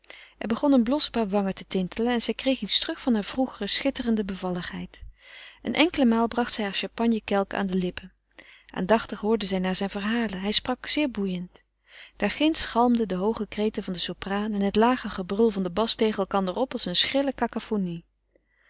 er begon een blos op haar wangen te tintelen en zij kreeg iets terug van hare vroegere schitterende bevalligheid een enkele maal bracht zij haren champagnekelk aan de lippen aandachtig hoorde zij naar zijne verhalen hij sprak zeer boeiend daar ginds galmden de hooge kreten van de sopraan en het lage gebrul van den bas tegen elkander op als een schrille